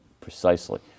Precisely